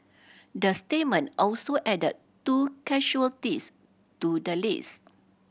the statement also added two to the list